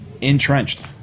entrenched